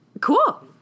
Cool